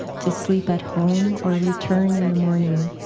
to sleep at home or return in the morning.